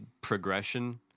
progression